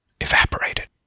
evaporated